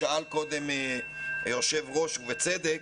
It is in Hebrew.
שאל קודם היושב-ראש ובצדק,